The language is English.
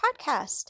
Podcast